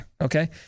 Okay